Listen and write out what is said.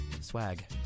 swag